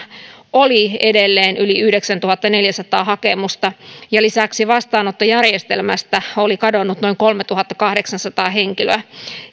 oli edelleen yli yhdeksäntuhattaneljäsataa hakemusta lisäksi vastaanottojärjestelmästä oli kadonnut noin kolmetuhattakahdeksansataa henkilöä